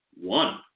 one